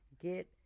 get